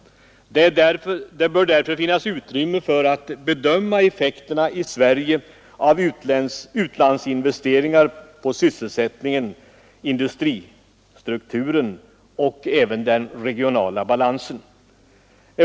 Det bör därför finnas utrymme för att bedöma effekterna i Sverige av utlandsinvesteringar på sysselsättningen, industristrukturen och den regionala balansen.